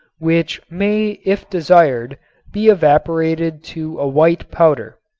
which may if desired be evaporated to a white powder.